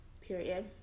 period